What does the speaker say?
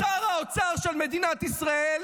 שר האוצר של מדינת ישראל,